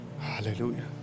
Hallelujah